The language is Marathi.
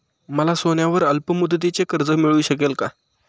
मला सोन्यावर अल्पमुदतीचे कर्ज मिळू शकेल का?